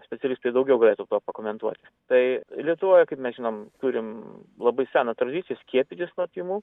specialistai daugiau galėtų pa pakomentuoti tai lietuvoj kaip mes žinom turim labai seną tradiciją skiepytis nuo tymų